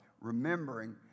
remembering